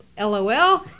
LOL